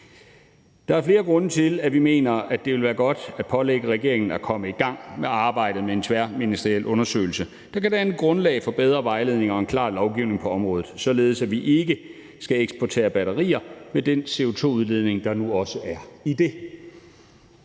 Der er flere grunde til, at vi mener, at det ville være godt at pålægge regeringen at komme i gang med arbejdet med en tværministeriel undersøgelse, der kan danne grundlag for bedre vejledning og en klar lovgivning på området, således at vi ikke skal eksportere batterier med den CO2-udledning, der nu også er i det.